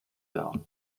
down